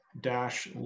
dash